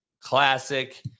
classic